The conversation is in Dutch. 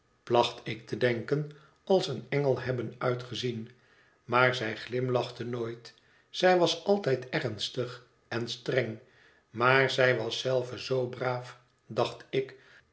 placht ik te denken als een engel hebben uitgezien maar zij glimlachte nooit zij was altijd ernstig en streng maar zij was zelve zoo braaf dacht ik